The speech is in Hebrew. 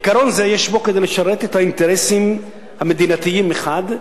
עיקרון זה יש בו כדי לשרת את האינטרסים המדינתיים מחד גיסא,